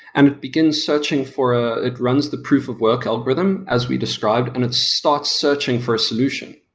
and it begins searching for a it runs the proof of work algorithm as we described and it starts searching for a solution.